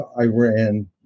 Iran